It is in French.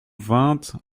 vingt